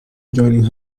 joining